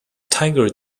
tiger